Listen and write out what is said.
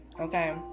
Okay